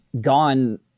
gone